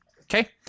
Okay